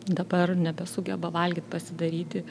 dabar nebesugeba valgyt pasidaryti